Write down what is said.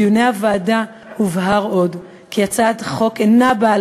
בדיוני הוועדה הובהר עוד כי הצעת החוק אינה באה